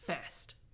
first